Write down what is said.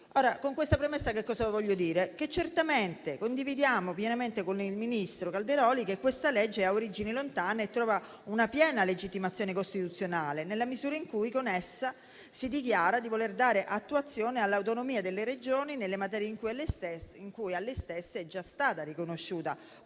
Con questa premessa, voglio dire che certamente condividiamo pienamente con il ministro Calderoli che questo provvedimento ha origini lontane e trova una piena legittimazione costituzionale nella misura in cui in esso si dichiara di voler dare attuazione all'autonomia delle Regioni nelle materie in cui è già stata loro riconosciuta